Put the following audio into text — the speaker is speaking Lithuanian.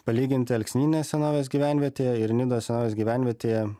palyginti alksnynės senovės gyvenvietėje ir nidos gyvenvietėje